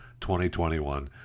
2021